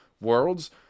Worlds